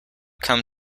come